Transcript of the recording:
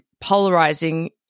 polarizing